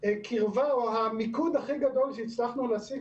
הקרבה או המיקוד הכי גדול שהצלחנו להשיג